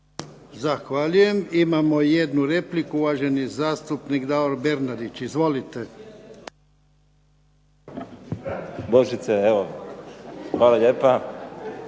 Zahvaljujem. Imamo i jednu repliku, uvaženi zastupnik Davor Bernardić. Izvolite. **Bernardić,